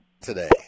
today